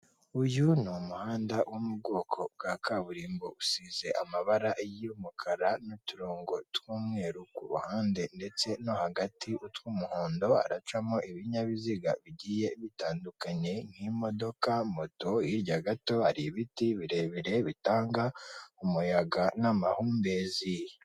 Uyu ni umuhanda wo mu bwoko bwa kaburimbo usize amabara y'umukara n'uturongo tw'umweru ku ruhande ndetse no hagati utw'umuhondo, haracamo ibinyabiziga bigiye bitandukanye nk'imodoka, moto, hirya gato hari ibiti birebire bitanga umuyaga n'amahumbezi.